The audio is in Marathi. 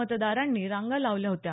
मतदारांनी रांगा लावल्या होत्या